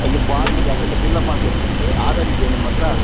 ಒಂದು ಫಾರ್ಮ್ ಇದೆ ಅದೆಲ್ಲ ಫಿಲ್ ಅಪ್ ಮಾಡ್ಬೇಕು ನಿಮಗೆ ಆಧಾರ್ ಇದೆಯಾ ನಿಮ್ಮ ಹತ್ರ